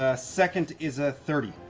ah second is a thirty.